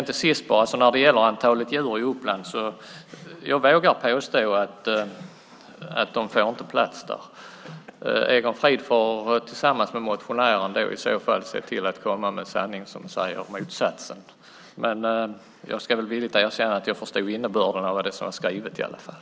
Till sist: När det gäller antalet djur i Uppland vågar jag påstå att de inte får plats där. Egon Frid får väl annars tillsammans med motionären se till att bevisa motsatsen. Men jag ska villigt säga att jag förstod innebörden av det som var skrivet i alla fall.